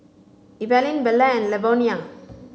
Evaline Belle and Lavonia